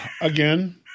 Again